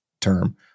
term